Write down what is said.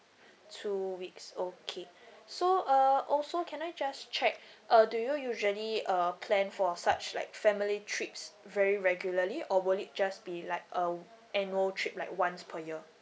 two weeks okay so uh also can I just check uh do you usually uh plan for such like family trips very regularly or will it just be like uh annual trip like once per year